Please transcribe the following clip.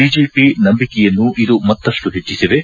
BJP ನಂಬಿಕೆಯನ್ನು ಇದು ಮತ್ತಷ್ಟು ಹೆಚ್ಚಿಸಿವೆ